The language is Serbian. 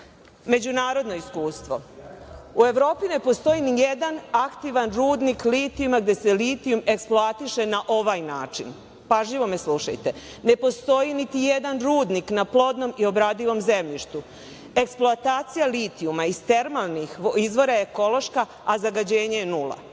sredinu.Međunarodno iskustvo. U Evropi ne postoji nijedan aktivan rudnik litijuma gde se litijum eksploatiše na ovaj način. Pažljivo me slušajte. Ne postoji niti jedan rudnik na plodnom i obradivom zemljištu. Eksploatacija litijuma iz termalnih izvora je ekološka, a zagađenje je nula. Vi